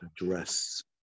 address